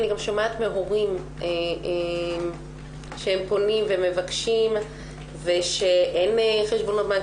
אני שומעת מהורים שהם פונים ומבקשים ושאין חשבונות בנק